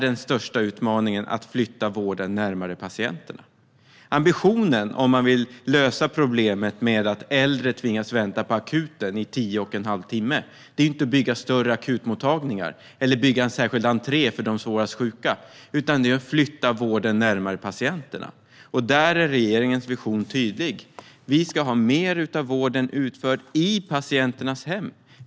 Den största utmaningen är att flytta vården närmare patienterna. Ambitionen, om man vill lösa problemet med att äldre tvingas vänta på akuten i tio och en halv timme, är inte att bygga större akutmottagningar eller en särskild entré för de svårast sjuka, utan den är att flytta vården närmare patienterna. Regeringens vision är tydlig: Vi ska ha mer av vården utförd i patienternas hem.